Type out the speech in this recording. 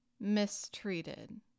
Mistreated